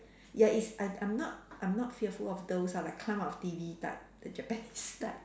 ya it's I I'm not I'm not fearful of those ah like climb out of T_V type the Japanese type